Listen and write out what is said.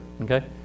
okay